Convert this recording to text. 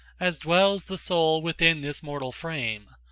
as dwells the soul within this mortal frame,